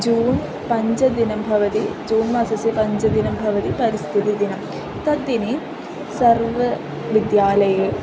जून् पञ्चमदिनं भवति जून् मासस्य पञ्चमदिनं भवति परिस्थितिदिनं तद्दिने सर्वविद्यालये